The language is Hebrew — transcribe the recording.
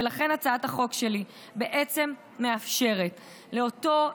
ולכן הצעת החוק שלי בעצם מאפשרת לאותו ילד,